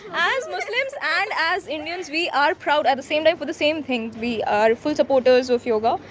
as muslims and as indians, we are proud at the same time, for the same thing. we are full supporters of yoga.